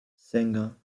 sänger